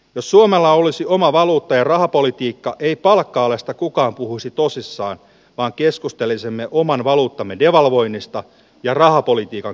jos suomella olisi oma valuutta ja rahapolitiikka ei palkka alesta kukaan puhuisi tosissaan vaan keskustelisimme oman valuuttamme devalvoinnista ja rahapolitiikan